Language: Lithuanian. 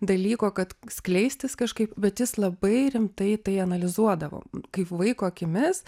dalyko kad skleistis kažkaip bet jis labai rimtai tai analizuodavo kaip vaiko akimis